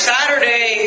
Saturday